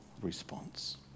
response